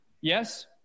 Yes